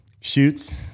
Shoots